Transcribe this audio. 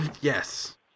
Yes